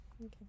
Okay